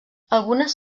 algunes